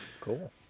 cool